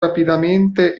rapidamente